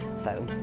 so,